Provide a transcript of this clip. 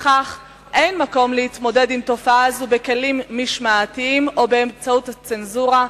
לפיכך אין מקום להתמודד עם תופעה זו בכלים משמעתיים או באמצעות הצנזורה,